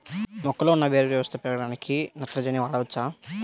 మొక్కలో ఉన్న వేరు వ్యవస్థ పెరగడానికి నత్రజని వాడవచ్చా?